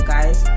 Guys